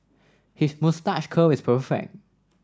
his moustache curl is perfect